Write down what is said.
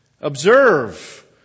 Observe